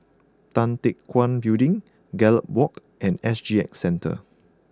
Tan Teck Guan Building Gallop Walk and S G X Centre